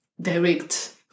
direct